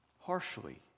harshly